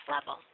level